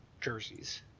jerseys